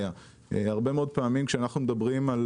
הרבה מאוד פעמים כשאנחנו מדברים על